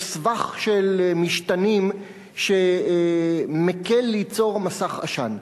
יש סבך של משתנים שמקל ליצור מסך עשן.